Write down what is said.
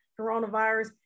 coronavirus